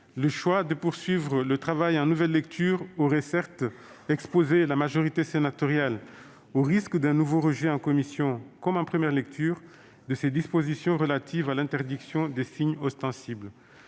Le choix de poursuivre le travail en nouvelle lecture aurait certes exposé la majorité sénatoriale au risque d'un nouveau rejet en commission, comme en première lecture, de ces dispositions relatives à l'interdiction des signes ostensibles.